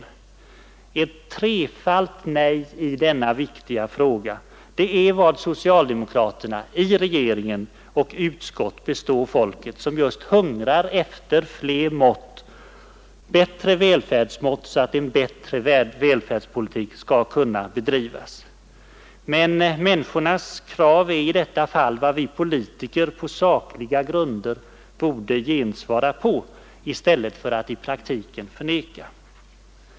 Ett trefalt nej i denna viktiga fråga är vad socialdemokraterna i regering och utskott består folket som just hungrar efter flera och bättre välfärdsmått, så att en bättre välfärdspolitik skall kunna bedrivas. Människors krav i detta fall är vad vi politiker på sakliga grunder borde gensvara på i stället för att i praktiken förneka.